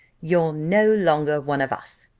you're no longer one of us.